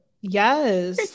yes